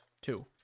Two